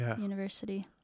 university